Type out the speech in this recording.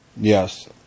Yes